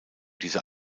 dieser